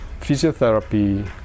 physiotherapy